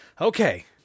Okay